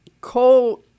coal